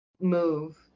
Move